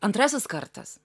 antrasis kartas